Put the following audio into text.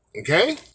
Okay